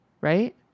right